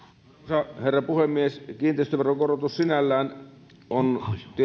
arvoisa herra puhemies kiinteistöveron korotus sinällään on